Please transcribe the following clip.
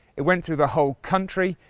it went through the whole country,